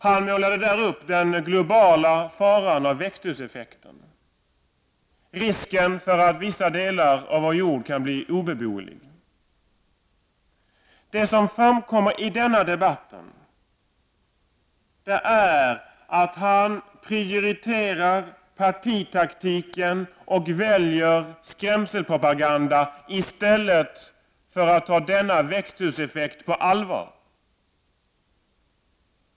Han målade där upp den globala faran av växthuseffekten och risken för att vissa delar av vår jord kan bli obeboeliga. Det som framkommer i denna debatt är att statsministern prioriterar partitaktiken och väljer skrämselpropaganda i stället för att ta växthuseffekten på allvar.